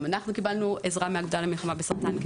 אנחנו קיבלנו עזרה מהאגודה למלחמה בסרטן,